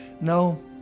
No